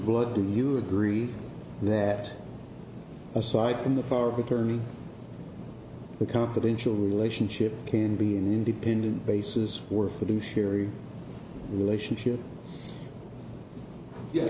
broad do you agree that aside from the power of attorney the confidential relationship can be an independent basis or for the sherry relationship y